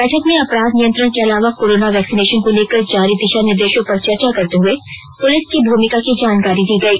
बैठक में अपराध नियंत्रण के अलावा कोरोना वेक्सिनेशन को लेकर जारी दिशा निर्देशों पर चर्चा करते हुए पुलिस की भूमिका की जानकारी दी गई